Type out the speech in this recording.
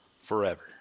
forever